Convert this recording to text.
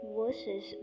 versus